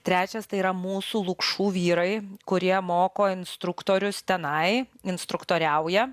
trečias tai yra mūsų lukšų vyrai kurie moko instruktorius tenai instruktoriauja